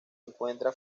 encuentra